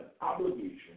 obligation